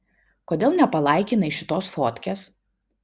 kodėl nepalaikinai šitos fotkės